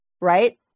right